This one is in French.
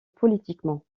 politiquement